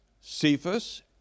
Cephas